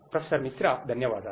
professor Mishra ధన్యవాదాలు